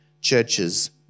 churches